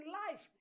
life